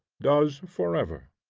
does forever.